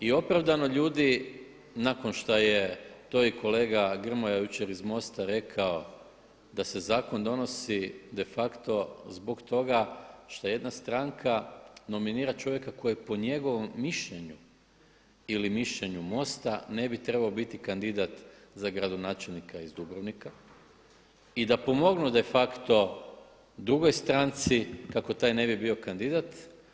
I opravdano ljudi nakon što je to i kolega Grmoja jučer iz MOST-a rekao da se zakon donosi de facto zbog toga što je jedna stranka nominira čovjeka koji je po njegovom mišljenju ili mišljenju MOST-a ne bi trebao biti kandidat za gradonačelnika iz Dubrovnika i da pomognu de facto drugoj stranci kako taj ne bi bio kandidat.